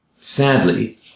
sadly